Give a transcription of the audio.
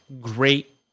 great